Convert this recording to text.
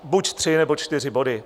Buď tři, nebo čtyři body.